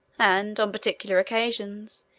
and, on particular occasions,